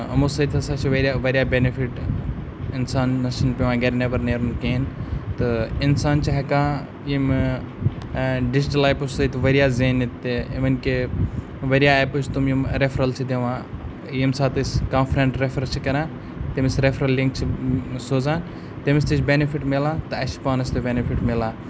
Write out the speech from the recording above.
یِمو سٕتۍ ہَسا چھِ واریاہ واریاہ بیٚنِفِٹ اِنسانَس چھِنہٕ پٮ۪وان گَرِ نٮ۪بر نیرُن کِہینۍ تہٕ اِنسان چھِ ہٮ۪کان یِمہٕ ڈِجٹَل ایپو سٕتۍ واریاہ زیٖنِتھ تہِ اِوٕن کہ واریاہ ایپٕس چھِ تِم یِم رٮ۪فرَل چھِ دِوان ییٚمہِ ساتہٕ أسۍ کانٛہہ فرٛنٛڈ رٮ۪فَر چھِ کَران تٔمِس رٮ۪فرَل لِنٛک چھِ سوزان تٔمِس تہِ چھِ بٮ۪نِفِٹ مِلان تہٕ اَسِہ چھِ پانَس تہِ بٮ۪نِفِٹ مِلان